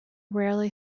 rarely